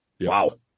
Wow